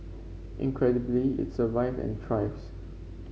incredibly it survived and thrives